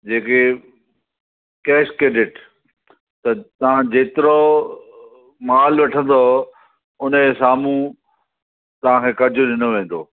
जेके cash credit त तव्हां जेतिरो माल वठंदौ उनजे साम्हूं तव्हांखे कर्ज़ु ॾिनो वेंदो